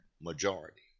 majority